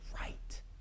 right